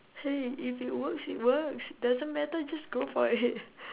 hey if it works it works doesn't matter just go for it